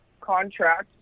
contract